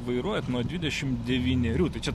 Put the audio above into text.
vairuojat nuo dvidešim devynerių čia